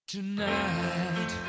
Tonight